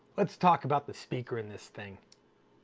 let's talk about the speaker in this thing.